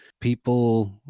people